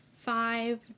five